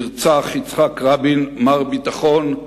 נרצח יצחק רבין, מר ביטחון,